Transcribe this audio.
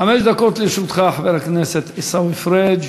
חמש דקות לרשותך, חבר הכנסת עיסאווי פריג'.